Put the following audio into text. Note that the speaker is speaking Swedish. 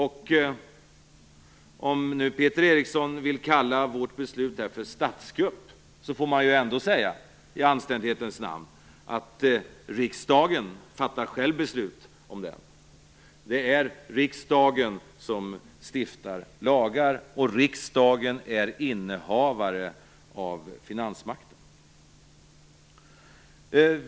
Och om nu Peter Eriksson vill kalla vårt beslut för statskupp får man ju ändå i anständighetens namn säga att riksdagen själv fattar beslut om den. Det är riksdagen som stiftar lagar, och riksdagen är innehavare av finansmakten.